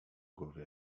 głowy